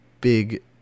Big